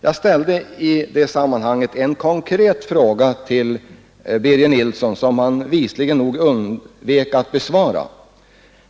Jag ställde i det sammanhanget en konkret fråga till Birger Nilsson, som han visligen undvek att besvara.